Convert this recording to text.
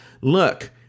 look